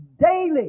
daily